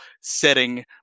setting